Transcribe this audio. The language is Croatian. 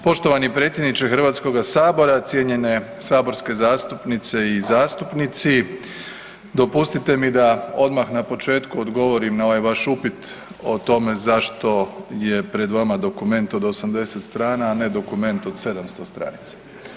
Poštovani predsjedniče Hrvatskog sabora, cijenjene saborske zastupnice i zastupnici, dopustite mi da odmah na početku odgovorim na ovaj vaš upit o tome zašto je pred vama dokument od 80 strana, a ne dokument od 700 stranica.